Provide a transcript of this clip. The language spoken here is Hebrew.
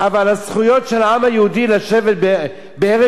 אבל הזכויות של העם היהודי לשבת בארץ-ישראל